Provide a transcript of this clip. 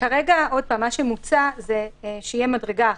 כרגע מוצע שתהיה מדרגה אחת: